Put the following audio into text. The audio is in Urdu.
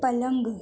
پلنگ